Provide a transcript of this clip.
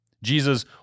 Jesus